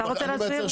אתה רוצה להסביר?